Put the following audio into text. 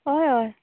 हय हय